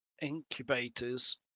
incubators